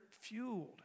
fueled